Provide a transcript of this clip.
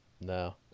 No